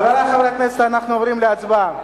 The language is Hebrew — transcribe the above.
חברי חברי הכנסת, אנחנו עוברים להצבעה.